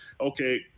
okay